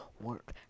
work